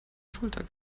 schulter